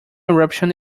eruption